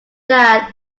that